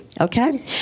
Okay